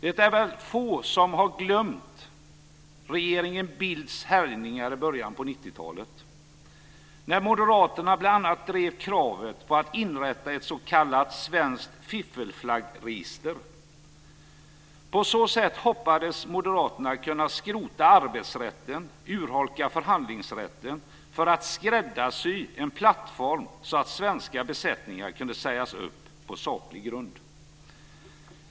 Det är väl få som har glömt regeringen Bildts härjningar i början på 1990-talet när Moderaterna bl.a. drev kravet på att inrätta ett s.k. svenskt fiffelflaggregister. På så sätt hoppades Moderaterna kunna skrota arbetsrätten och urholka förhandlingsrätten för att skräddarsy en plattform så att svenska besättningar kunde sägas upp på saklig grund.